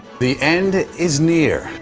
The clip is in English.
the end is near.